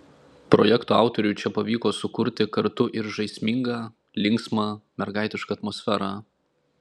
projekto autoriui čia pavyko sukurti kartu ir žaismingą linksmą mergaitišką atmosferą